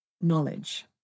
knowledge